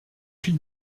fil